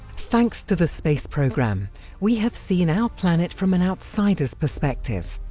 thanks to the space programme we have seen our planet from an outsider's perspective,